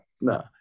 no